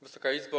Wysoka Izbo!